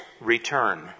return